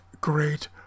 great